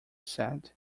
said